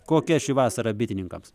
kokia ši vasara bitininkams